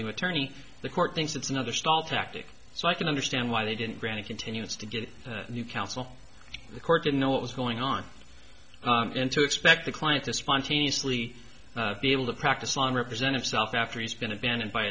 new attorney the court thinks it's another stall tactic so i can understand why they didn't grant a continuance to get new counsel the court didn't know what was going on in to expect the client to spontaneously be able to practice on represented self after he's been abandoned by